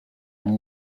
amb